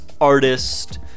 artist